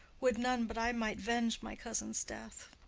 would none but i might venge my cousin's death!